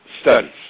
studies